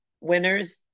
winners